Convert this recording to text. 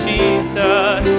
Jesus